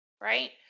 right